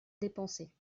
dépenser